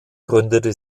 gründete